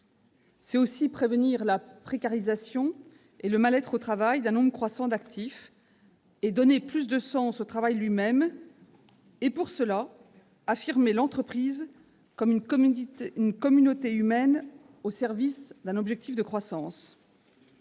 C'est aussi prévenir la précarisation et le mal-être au travail d'un nombre croissant d'actifs, en donnant plus de sens au travail lui-même. Pour ce faire, il convient de considérer l'entreprise comme une communauté humaine au service d'un objectif de croissance.